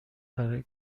برای